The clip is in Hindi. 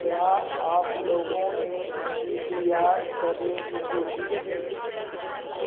क्या आप लोगों ने सी पी आर करने की कोशिश की